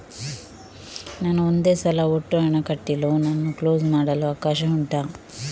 ನಾನು ಒಂದೇ ಸಲ ಒಟ್ಟು ಹಣ ಕಟ್ಟಿ ಲೋನ್ ಅನ್ನು ಕ್ಲೋಸ್ ಮಾಡಲು ಅವಕಾಶ ಉಂಟಾ